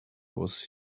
was